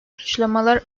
suçlamalar